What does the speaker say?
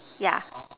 yeah